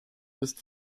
ist